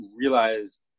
realized